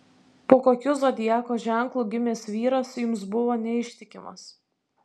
po kokiu zodiako ženklu gimęs vyras jums buvo neištikimas